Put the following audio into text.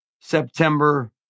September